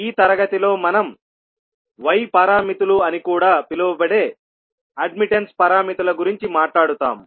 ఈ తరగతిలో మనం Y పారామితులు అని కూడా పిలువబడే అడ్మిట్టన్స్ పారామితుల గురించి మాట్లాడుతాము